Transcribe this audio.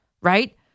right